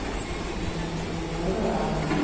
continue to enjoy the ride.